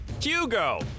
Hugo